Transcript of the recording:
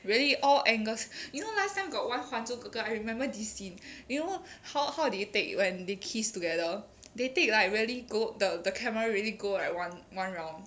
really all angles you know last time got one 还珠格格 I remember this scene you know how how did it take when they kiss together they take like really go the the camera really go like one one round